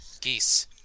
Geese